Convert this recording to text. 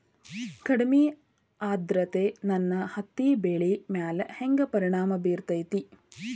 ಕಡಮಿ ಆದ್ರತೆ ನನ್ನ ಹತ್ತಿ ಬೆಳಿ ಮ್ಯಾಲ್ ಹೆಂಗ್ ಪರಿಣಾಮ ಬಿರತೇತಿ?